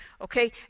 okay